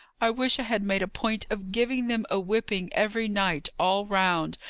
i wish i had made a point of giving them a whipping every night, all round,